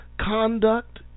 conduct